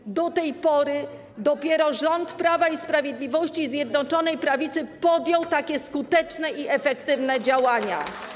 Jak do tej pory tylko rząd Prawa i Sprawiedliwości, Zjednoczonej Prawicy podjął tak skuteczne i efektywne działania.